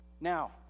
now